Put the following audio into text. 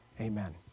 amen